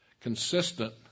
consistent